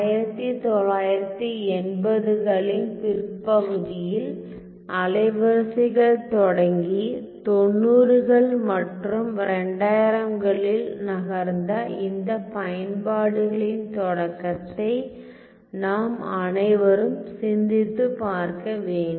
1980 களின் பிற்பகுதியில் அலைவரிசைகள் தொடங்கி 90 கள் மற்றும் 2000 களில் நகர்ந்த இந்த பயன்பாடுகளின் தொடக்கத்தை நாம் அனைவரும் சிந்தித்துப் பார்க்க வேண்டும்